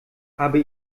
habe